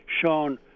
shown